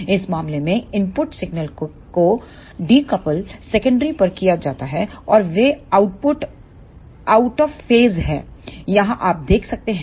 तो इस मामले में इनपुट सिग्नल को डीकपल सेकेंडरी पर किया गया है और वे आउट ऑफ फेस हैं यहां आप देख सकते हैं